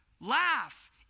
laugh